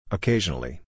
Occasionally